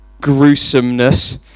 gruesomeness